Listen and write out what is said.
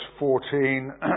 14